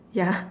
ya